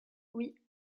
oui